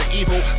evil